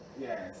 Yes